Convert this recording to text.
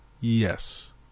Yes